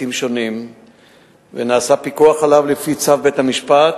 בצמתים שונים ונעשה פיקוח עליו לפי צו בית-המשפט,